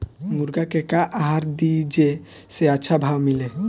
मुर्गा के का आहार दी जे से अच्छा भाव मिले?